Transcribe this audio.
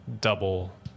Double